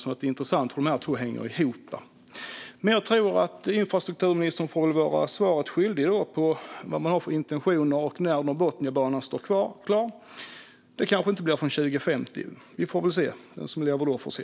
Det är intressant hur de här två banorna hänger ihop. Infrastrukturministern får väl vara svaret skyldig på vad man har för intentioner och när Norrbotniabanan kommer att stå klar. Det kanske inte blir förrän 2050. Den som lever då får se.